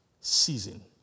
season